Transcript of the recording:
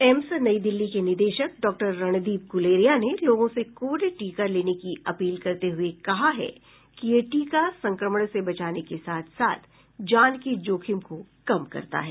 AIIMS नई दिल्ली के निदेशक डॉक्टर रणदीप ग्लेरिया ने लोगों से कोविड टीका लेने की अपील करते हये कहा है कि यह टीका संक्रमण से बचाने के साथ साथ जान के जोखिम को कम करता है